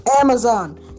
Amazon